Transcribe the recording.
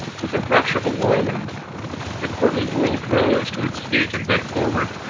with the rush of a whirlwind the courtly world rose to its feet and bent forward